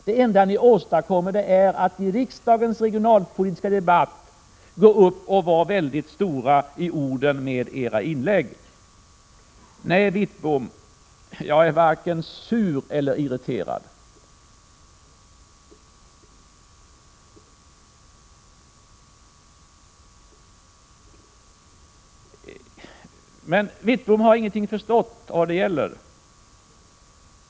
Det enda ni åstadkommer är att i riksdagens regionalpolitiska debatt gå upp och vara stora i orden i era inlägg. Nej, Bengt Wittbom, jag är varken sur eller irriterad. Bengt Wittbom har ingenting förstått av vad det gäller.